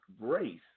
grace